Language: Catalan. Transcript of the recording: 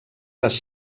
les